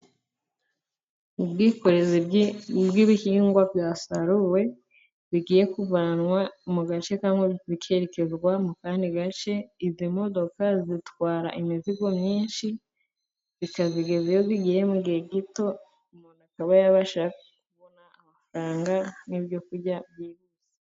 Ubwikorezi bw'ibihingwa byasaruwe, bigiye kuvanwa mu gace kamwe bikerekezwa mu kandi gace, ibyo modoka zitwara imizigo myinshi bikabigezayo mu gihe gito, umuntu akaba yabasha kubona amafaranga n'ibyo kurya byihuta.